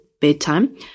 bedtime